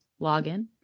login